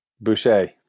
Boucher